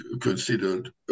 considered